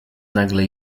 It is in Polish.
nagle